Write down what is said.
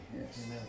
yes